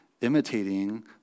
imitating